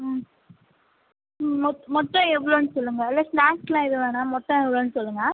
ம் ம் மொத்த மொத்தம் எவ்வளோன்னு சொல்லுங்கள் அதுலே ஸ்னாக்ஸ்லாம் எதுவும் வேணாம் மொத்தம் எவ்வளோன்னு சொல்லுங்கள்